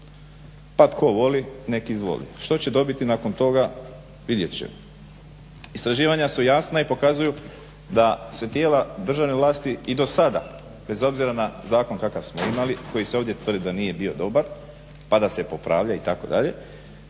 pa tko voli nek izvoli. Što će dobiti nakon toga vidjet će. Istraživanja su jasna i pokazuju da se tijela državne vlasti i do sada, bez obzira na zakon kakav smo imali, koji se ovdje tvrdi da nije bio dobar pa da se popravlja itd.,